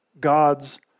God's